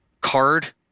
card